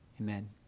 Amen